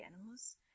animals